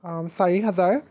চাৰি হাজাৰ